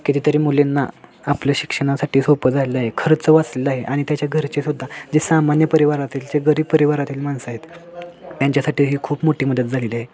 कितीतरी मुलींना आपलं शिक्षणासाठी सोपं झालं आहे खर्च वाचला आहे आणि त्यांच्या घरचेसुद्धा जे सामान्य परिवारातील जे गरीब परिवारातील माणसं आहेत त्यांच्यासाठी ही खूप मोठी मदत झालेली आहे